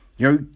Yo